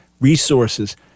resources